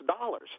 dollars